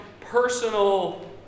personal